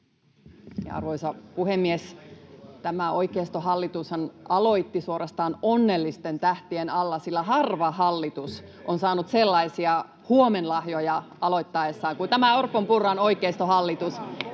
Arvoisa puhemies! Tämä oikeistohallitushan aloitti suorastaan onnellisten tähtien alla, [Oikealta: Höpö höpö!] sillä harva hallitus on saanut sellaisia huomenlahjoja aloittaessaan kuin tämä Orpon—Purran oikeistohallitus: